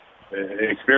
experience